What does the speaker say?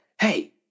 hey